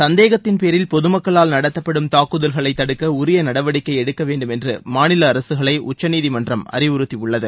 சந்தேகத்தின்பேரில் பொது மக்களால் நடத்தப்படும் தாக்குதல்களை தடுக்க உரிய நடவடிக்கை எடுக்க வேண்டும் என்று மாநில அரசுகளை உச்சநீதிமன்றம் அறிவுறுத்தியுள்ளது